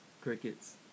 Crickets